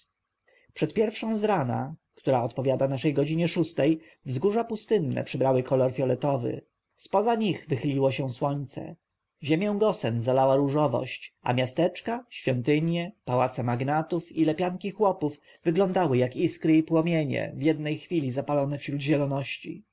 przed pierwszą z rana która odpowiada naszej godzinie szóstej wzgórza pustynne przybrały kolor fioletowy z poza nich wychyliło się słońce ziemię gosen zalała różowość a miasteczka świątynie pałace magnatów i lepianki chłopów wyglądały jak iskry i płomienie w jednej chwili zapalone wśród zieloności